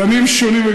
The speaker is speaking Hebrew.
זנים שונים.